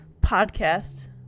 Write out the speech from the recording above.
podcast